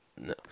No